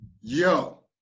yo